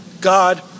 god